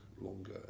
longer